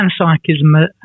panpsychism